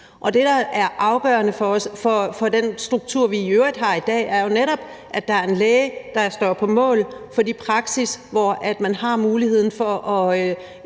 det, der er afgørende for den struktur, vi i øvrigt har i dag, er jo netop, at der er en læge, der står på mål for den overenskomst, der er